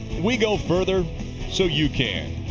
we go further so you can.